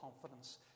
confidence